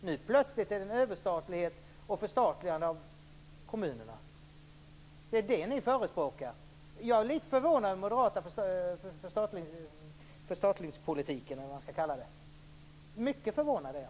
Nu är det plötsligt överstatlighet och förstatligande av kommunerna ni förespråkar. Jag är litet förvånad över den moderata förstatligandepolitiken, eller vad man skall kalla det. Mycket förvånad är jag.